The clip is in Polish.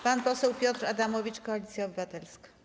Pan poseł Piotr Adamowicz, Koalicja Obywatelska.